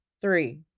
three